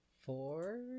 four